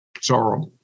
sorrow